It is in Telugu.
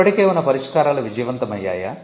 ఇప్పటికే ఉన్న పరిష్కారాలు విజయవంతమయ్యాయా